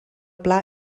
pla